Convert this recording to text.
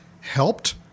helped